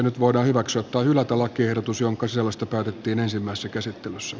nyt voidaan hyväksyä tai hylätä lakiehdotus jonka sisällöstä päätettiin ensimmäisessä käsittelyssä